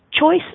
choice